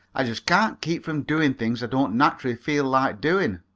i just can't keep from doing things i don't naturally feel like doing.